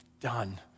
done